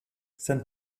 send